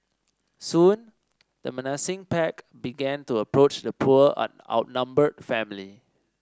soon the menacing pack began to approach the poor outnumbered family